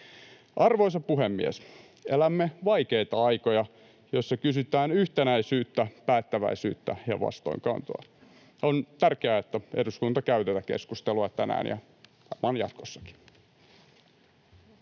Arvoisa puhemies! Elämme vaikeita aikoja, jolloin kysytään yhtenäisyyttä, päättäväisyyttä ja vastuunkantoa. On tärkeää, että eduskunta käy tätä keskustelua tänään ja varmaan jatkossakin.